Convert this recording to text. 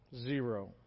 Zero